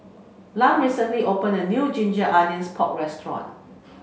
Lum recently opened a new Ginger Onions Pork Restaurant